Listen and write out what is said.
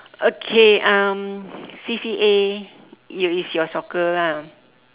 okay um C_C_A you is your soccer lah